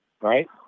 Right